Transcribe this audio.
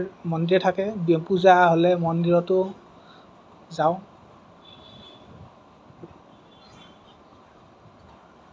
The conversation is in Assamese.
আৰু মন্দিৰ থাকে পূজা হ'লে মন্দিৰতো যাওঁ